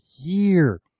year